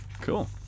cool